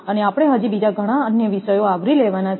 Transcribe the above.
અને આપણે હજી બીજા ઘણા અન્ય વિષયો આવરી લેવાના છે